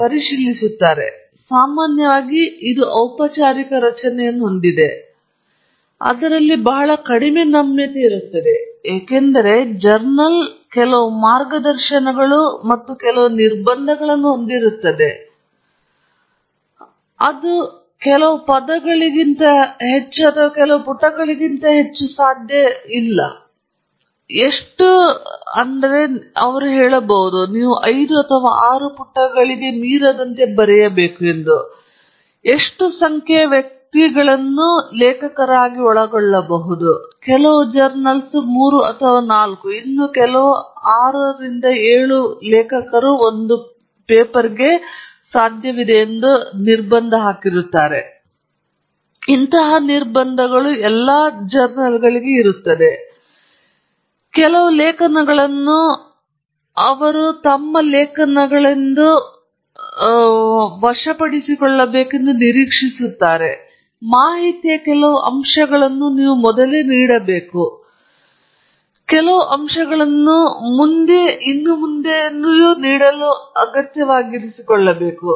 ಮತ್ತು ಇದು ಸಾಮಾನ್ಯವಾಗಿ ಔಪಚಾರಿಕ ರಚನೆಯನ್ನು ಹೊಂದಿದೆ ಅದರಲ್ಲಿ ಬಹಳ ಕಡಿಮೆ ನಮ್ಯತೆ ಇರುತ್ತದೆ ಏಕೆಂದರೆ ಜರ್ನಲ್ ಕೆಲವು ಮಾರ್ಗದರ್ಶನಗಳು ಮತ್ತು ಕೆಲವು ನಿರ್ಬಂಧಗಳನ್ನು ಹೊಂದಿರುತ್ತದೆ ಅದು ಹಲವು ಪದಗಳಿಗಿಂತ ಹೆಚ್ಚು ಅಥವಾ ಹೆಚ್ಚು ಪುಟಗಳಿಗಿಂತ ಹೆಚ್ಚು ಸಾಧ್ಯವಿಲ್ಲ ಎಂದು ಹೇಳುತ್ತದೆ ನೀವು ಎಷ್ಟು ಸಂಖ್ಯೆಯ ವ್ಯಕ್ತಿಗಳನ್ನು ಒಳಗೊಳ್ಳಬಹುದು ಮತ್ತು ಹೀಗೆ ಮಾಡುವುದರ ಮೇಲೆ ನಿರ್ಬಂಧಗಳು ಇರಬಹುದು ಮತ್ತು ಕೆಲವು ಲೇಖನಗಳನ್ನು ಅವರು ತಮ್ಮ ಲೇಖನಗಳನ್ನು ಪ್ರಸ್ತುತಪಡಿಸಬೇಕೆಂದು ನಿರೀಕ್ಷಿಸುತ್ತಾರೆ ಮಾಹಿತಿಯ ಕೆಲವು ಅಂಶಗಳು ಮೊದಲೇ ನೀಡಬೇಕು ಕೆಲವು ಅಂಶಗಳನ್ನು ಮುಂದಿನ ಮತ್ತು ಇನ್ನೊಂದಕ್ಕೆ ನೀಡಬೇಕು